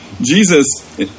Jesus